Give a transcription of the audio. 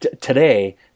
today